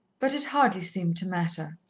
but it hardly seemed to matter.